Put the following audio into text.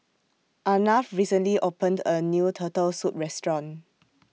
Arnav recently opened A New Turtle Soup Restaurant